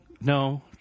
no